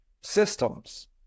systems